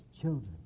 children